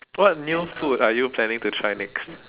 what new food are you planning to try next